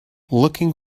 looking